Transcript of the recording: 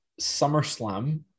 SummerSlam